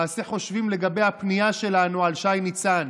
חושבים לגבי הפנייה שלנו על שי ניצן.